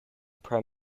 prime